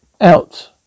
out